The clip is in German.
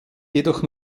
jedoch